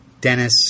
Dennis